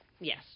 Yes